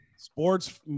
Sports